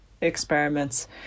experiments